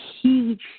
Huge